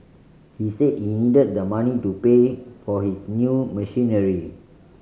he said he needed the money to pay for his new machinery